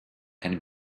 can